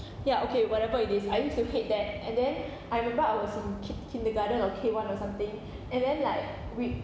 ya okay whatever it is I used to hate that and then I remember I was in kid~ kindergarten or K one or something and then like we